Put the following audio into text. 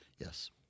Yes